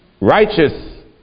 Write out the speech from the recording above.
righteous